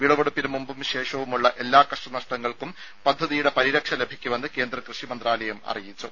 വിളവെടുപ്പിന് മുമ്പും ശേഷവുമുള്ള എല്ലാ കഷ്ട നഷ്ടങ്ങൾക്കും പദ്ധതിയുടെ പരിരക്ഷ ലഭിക്കുമെന്ന് കേന്ദ്ര കൃഷി മന്ത്രാലയം അറിയിച്ചു